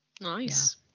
nice